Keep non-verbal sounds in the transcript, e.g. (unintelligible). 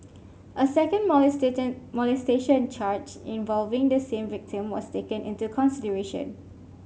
a second (unintelligible) molestation charge involving the same victim was taken into consideration